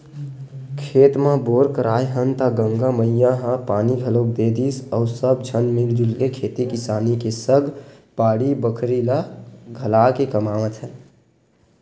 खेत म बोर कराए हन त गंगा मैया ह पानी घलोक दे दिस अउ सब झन मिलजुल के खेती किसानी के सग बाड़ी बखरी ल घलाके कमावत हन